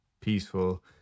peaceful